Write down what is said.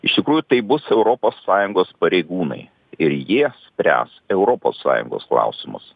iš tikrųjų tai bus europos sąjungos pareigūnai ir jie spręs europos sąjungos klausimus